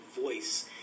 voice